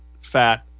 fat